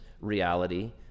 reality